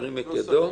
ירים את ידו.